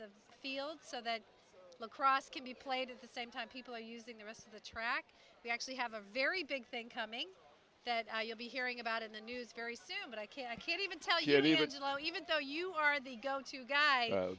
the field so that lacrosse can be played at the same time people are using the rest of the track we actually have a very big thing coming that i you'll be hearing about in the news very soon but i can't i can't even tell you leave it alone even though you are the go to guy